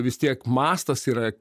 vis tiek mastas yra